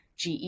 GE